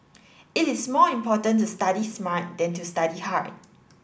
it is more important to study smart than to study hard